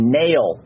nail